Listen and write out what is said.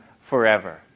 forever